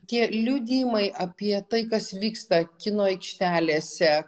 tie liudijimai apie tai kas vyksta kino aikštelėse